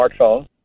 smartphone